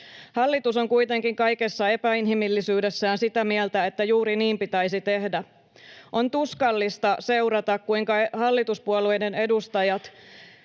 Hallitus on kuitenkin kaikessa epäinhimillisyydessään sitä mieltä, että juuri niin pitäisi tehdä. On tuskallista seurata, kuinka hallituspuolueiden edustajat